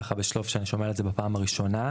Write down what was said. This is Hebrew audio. ככה בשלוף שאני שומע את זה בפעם הראשונה,